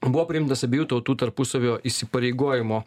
buvo priimtas abiejų tautų tarpusavio įsipareigojimo